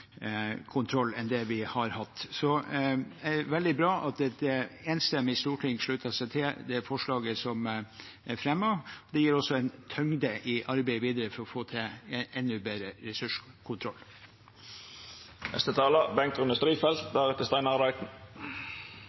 kontroll enn det vi har hatt. Det er veldig bra at et enstemmig storting slutter seg til det forslaget som er fremmet. Det gir oss en tyngde i arbeidet videre for å få til enda bedre